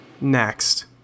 Next